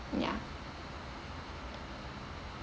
ya